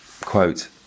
quote